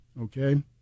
okay